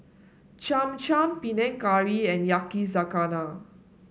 Cham Cham Panang Curry and Yakizakana